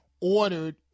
ordered